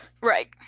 Right